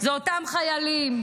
זה אותם חיילים,